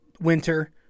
winter